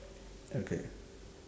okay